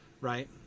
right